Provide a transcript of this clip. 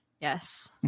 Yes